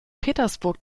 petersburg